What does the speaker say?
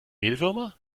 mehlwürmer